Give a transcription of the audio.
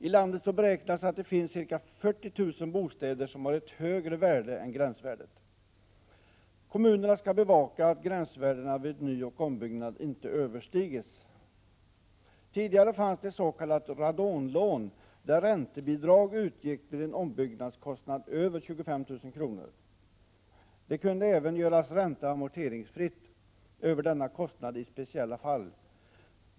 I landet beräknas det finnas ca 40 000 bostäder som har ett högre värde än gränsvärdet. Kommunerna skall bevaka att gränsvärdena vid nyoch ombyggnad icke överstigs. Tidigare fanns ett s.k. radonlån, där räntebidrag utgick vid ombyggnadskostnad över 25 000 kr. Det kunde även göras ränteoch amorteringsfritt över denna kostnad i speciella fall.